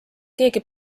keegi